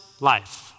life